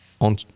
on